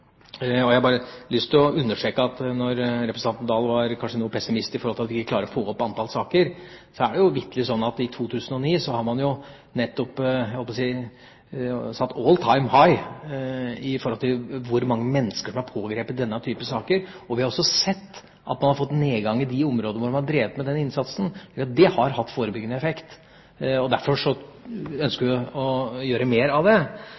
Jeg har bare lyst til å understreke når representanten Oktay Dahl kanskje var noe pessimistisk for at vi ikke klarer å få opp antall saker, at det vitterlig er sånn at man i 2009 nettopp har satt «all time high» for hvor mange mennesker som er pågrepet i denne type saker. Vi har også sett at man har fått nedgang i de områder hvor man har drevet med den innsatsen. Det har hatt forebyggende effekt. Derfor ønsker vi å gjøre mer av det.